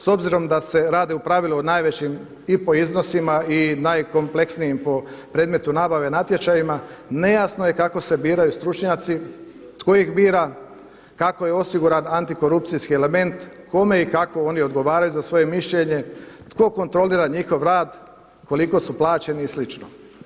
S obzirom da se radi u pravilu o najvećim i po iznosima i najkompleksnijim po predmetu nabave natječajima nejasno je kako se biraju stručnjaci, tko ih bira, kako je osiguran antikorupcijski element, kome i kako oni odgovaraju za svoje mišljenje, tko kontrolira njihov rad, koliko su plaćeni i sl.